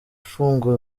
ifunga